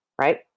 right